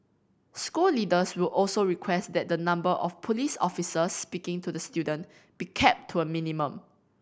school leaders will also request that the number of police officers speaking to the student be kept to a minimum